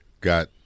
got